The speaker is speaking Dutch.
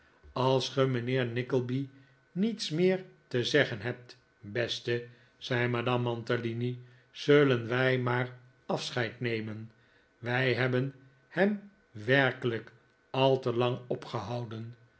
als ge mijnheer nickleby niets meer te zeggen hebt beste zei madame mantalini zullen wij maar afscheid nemen wij hebben hem werkelijk al te lang opgehouden